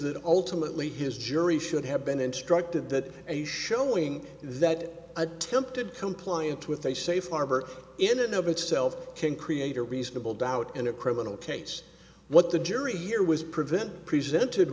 that ultimately his jury should have been instructed that a showing that attempted compliance with a safe harbor in and of itself can create a reasonable doubt and a criminal case what the jury here was prevent presented